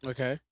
Okay